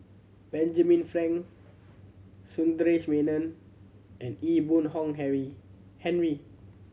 Benjamin Frank Sundaresh Menon and Ee Boon Henry Henry